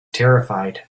terrified